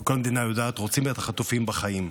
כל המדינה יודעת, רוצים את החטופים בחיים.